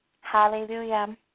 Hallelujah